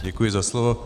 Děkuji za slovo.